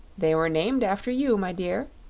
they were named after you, my dear,